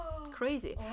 crazy